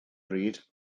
bryd